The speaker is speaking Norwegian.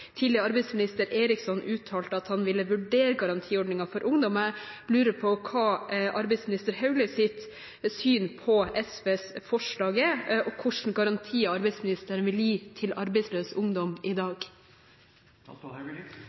Tidligere arbeidsminister Eriksson uttalte at han ville vurdere garantiordningen for ungdommer. Jeg lurer på hva arbeidsminister Hauglies syn på SVs forslag er, og hvilken garanti arbeidsministeren vil gi arbeidsløs ungdom i dag.